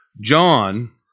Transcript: John